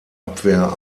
abwehr